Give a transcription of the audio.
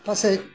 ᱯᱟᱥᱮᱡ